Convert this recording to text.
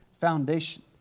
foundation